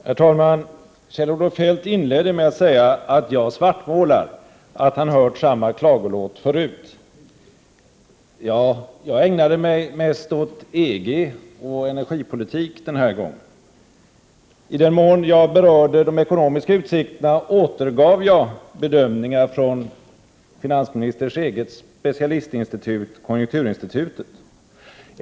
Herr talman! Kjell-Olof Feldt inledde med att säga att jag svartmålar och att han har hört samma klagolåt förut. Jag ägnade mig mest åt EG och energipolitik den här gången. I den mån jag berörde de ekonomiska utsikterna återgav jag bedömningar från finansministerns eget specialistinstitut konjunkturinstitutet.